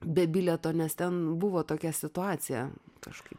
be bilieto nes ten buvo tokia situacija kažkaip